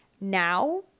now